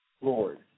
Lord